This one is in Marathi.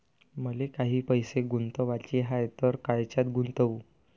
मले काही पैसे गुंतवाचे हाय तर कायच्यात गुंतवू?